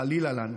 חלילה לנו.